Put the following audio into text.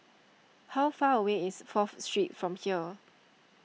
how far away is Fourth Street from here